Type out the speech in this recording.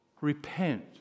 repent